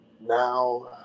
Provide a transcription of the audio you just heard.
now